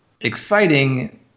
exciting